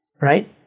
right